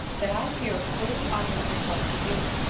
that i here freely offer myself to you,